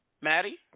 Maddie